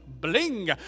bling